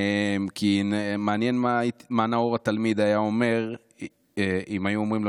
כי מעניין מה נאור התלמיד היה אומר אם היו אומרים לו